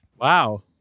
Wow